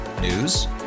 News